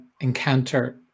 encounter